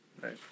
Right